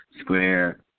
Square